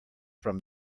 from